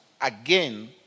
again